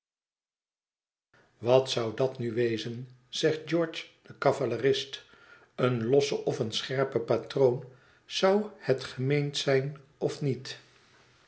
wat zou dat nu wezen zegt george de cavalerist een losse of een scherpe patroon zou het gemeend zijn of niet